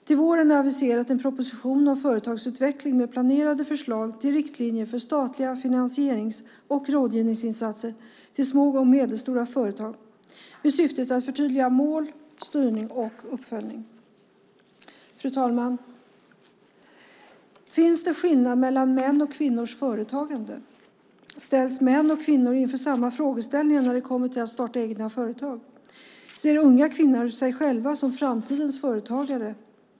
Till våren är en proposition aviserad om företagsutveckling med planerade förslag till riktlinjer för statliga finansierings och rådgivningsinsatser riktade till små och medelstora företag med syftet att förtydliga mål, styrning och uppföljning. Fru talman! Finns det skillnader mellan mäns och kvinnors företagande? Ställs män och kvinnor inför samma frågeställningar när det kommer till att starta eget företag? Ser unga kvinnor sig själva som framtidens företagare?